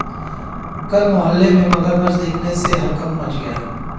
कल मोहल्ले में मगरमच्छ देखने से हड़कंप मच गया